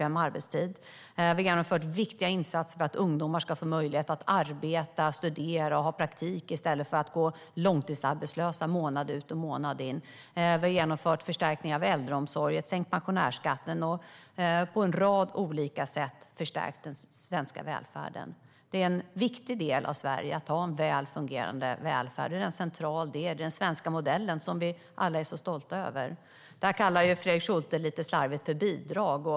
Vi har genomfört viktiga insatser för att ungdomar ska få möjlighet att arbeta, studera och ha praktik i stället för att gå långtidsarbetslösa månad ut och månad in. Vi har genomfört en förstärkning av äldreomsorgen, sänkt pensionärsskatten och på en rad olika sätt förstärkt den svenska välfärden. Det är en viktig del av Sverige att ha en väl fungerande välfärd. Det är en central del. Det är den svenska modellen, som vi alla är så stolta över. Det här kallar Fredrik Schulte lite slarvigt för bidrag.